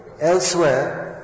elsewhere